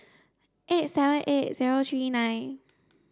eight seven eight zero three nine